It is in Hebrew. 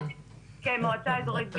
כן, מועצה אזורית גזר.